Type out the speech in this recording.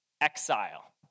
exile